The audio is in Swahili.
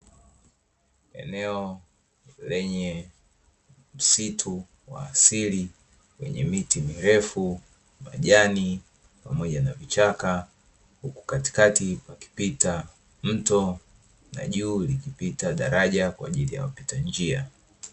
Eneo lenye msitu wa asili wenye miti mirefu, majani pamoja na vichaka, huku katikati pakipita mto na juu likipita daraja kwa ajili ya wapita njia.